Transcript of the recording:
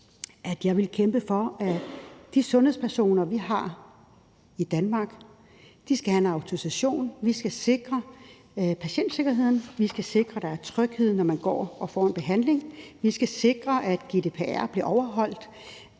at jeg vil kæmpe for, at de sundhedspersoner, vi har i Danmark, skal have en autorisation. Vi skal sikre patientsikkerheden, vi skal sikre, at der er tryghed, når man får en behandling, vi skal sikre, at GDPR bliver overholdt,